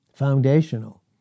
foundational